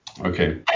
okay